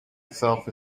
itself